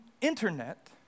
internet